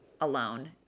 alone